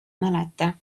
mäleta